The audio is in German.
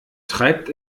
treibt